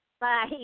Bye